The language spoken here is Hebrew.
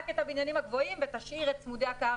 את הבניינים הגבוהים ותשאיר את צמודי הקרקע.